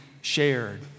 shared